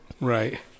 Right